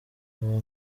kuba